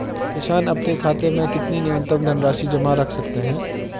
किसान अपने खाते में कितनी न्यूनतम धनराशि जमा रख सकते हैं?